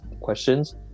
questions